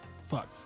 Fuck